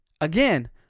Again